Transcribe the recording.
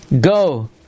go